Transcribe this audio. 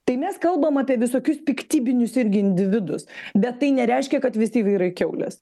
tai mes kalbam apie visokius piktybinius irgi individus bet tai nereiškia kad visi vyrai kiaulės